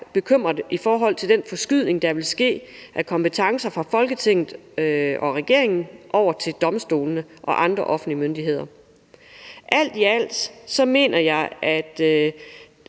bekymrede for den forskydning, der ville ske af kompetencer fra Folketinget og regeringen over til domstolene og andre offentlige myndigheder. Der er tale om et